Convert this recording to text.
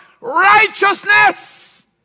Righteousness